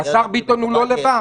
השר ביטון הוא לא לבד.